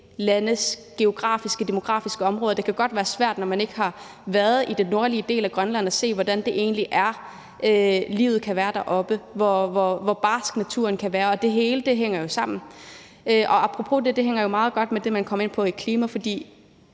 landes geografiske og demografiske områder, og det kan godt være svært, når man ikke har været i den nordlige del af Grønland, at se, hvordan livet egentlig kan være deroppe, hvor barsk naturen kan være. Og det hele hænger jo sammen. Apropos det så hænger det meget godt sammen med det, man kommer ind på i forbindelse